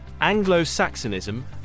Anglo-Saxonism